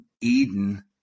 Eden